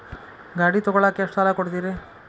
ಗಾಡಿ ತಗೋಳಾಕ್ ಎಷ್ಟ ಸಾಲ ಕೊಡ್ತೇರಿ?